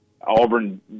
auburn